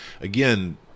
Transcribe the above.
again